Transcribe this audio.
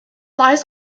lies